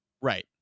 Right